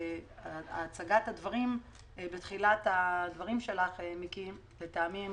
הצגת הדברים בתחילת הדברים שלך, מיקי, לטעמי הם